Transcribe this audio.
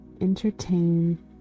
entertain